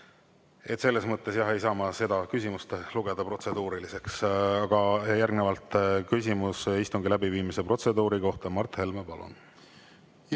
Selles mõttes ei saa ma seda küsimust lugeda protseduuriliseks. Järgnevalt küsimus istungi läbiviimise protseduuri kohta. Mart Helme, palun!